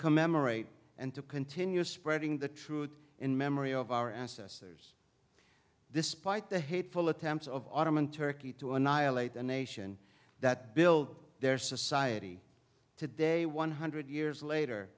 commemorate and to continue spreading the truth in memory of our ancestors despite the hateful attempts of autumn in turkey to annihilate a nation that built their society today one hundred years later